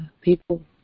people